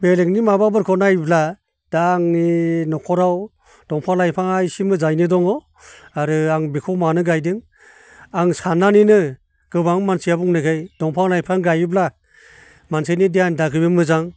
बेलेगनि माबाफोरखौ नायोब्ला दा आंनि न'खराव दंफां लाइफांआ इसे मोजाङैनो दङ आरो आं बेखौ मानो गायदों आं साननानैनो गोबां मानसिया बुंनायखाय दंफां लाइफां गायोब्ला मानसिनि देहानि थाखायबो मोजां